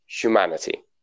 humanity